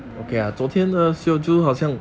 then